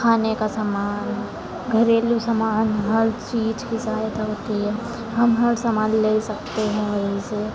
खाने का सामान घरेलू सामान हर चीज की सहायता होती है हम हर सामान ले सकते हैं यही से